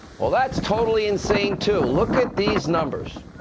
well, that's totally in saint too. look at these numbers.